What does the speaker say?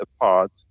apart